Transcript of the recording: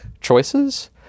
choices